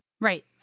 Right